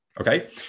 okay